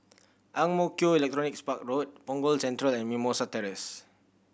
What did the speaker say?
Ang Mo Kio Electronics Park Road Punggol Central and Mimosa Terrace